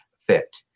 fit